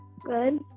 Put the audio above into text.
good